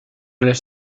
les